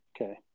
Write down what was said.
Okay